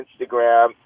Instagram